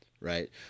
Right